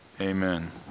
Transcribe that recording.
amen